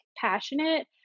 passionate